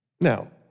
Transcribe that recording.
Now